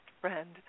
friend